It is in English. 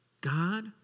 God